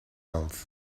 else